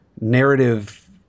narrative